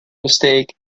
mistake